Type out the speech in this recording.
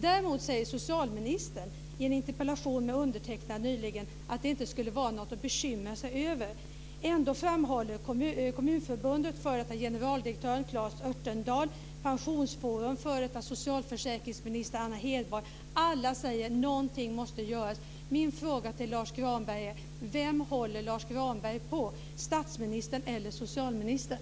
Däremot säger socialministern i en interpellationsdebatt med undertecknad nyligen att det inte skulle vara något att bekymra sig för. Ändå framhåller Kommunförbundet, f.d. generaldirektören Claes Örtendahl, Pensionsforum och f.d. socialförsäkringsminister Anna Hedborg att någonting måste göras. Granberg på - statsministern eller socialministern?